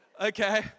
okay